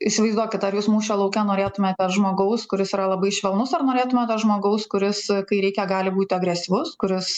įsivaizduokit ar jūs mūšio lauke norėtumėte žmogaus kuris yra labai švelnus ar norėtumėte žmogaus kuris kai reikia gali būti agresyvus kuris